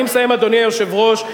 אני מסיים, אדוני היושב-ראש.